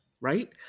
right